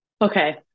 Okay